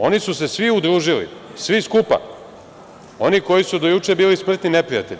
Oni su se svi udružili, svi skupa, oni koji su do juče bili smrtni neprijatelji.